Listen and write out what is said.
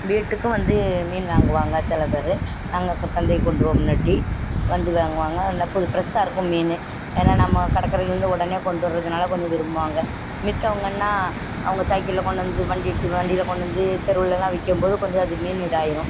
வீட்டுக்கும் வந்து மீன் வாங்குவாங்க சில பேர் நாங்கள் சந்தைக்கு கொண்டு போவோம் முன்னாட்டி வந்து வாங்குவாங்க இந்த புது ஃப்ரெஸ்ஸாக இருக்கும் மீன் ஏன்னால் நம்ம கடற்கரையில இருந்து உடனே கொண்டு வரதுனால் கொஞ்சம் விரும்புவாங்க மத்தவங்கன்னா அவங்க சைக்கிளில் கொண்டு வந்து வண்டிட்டு வண்டியில் கொண்டு வந்து தெருவெலெல்லாம் விற்கம்போது கொஞ்சம் அது மீன் இதாகிரும்